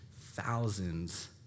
thousands